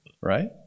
right